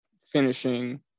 finishing